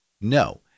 no